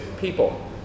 people